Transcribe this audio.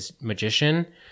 magician